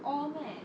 all meh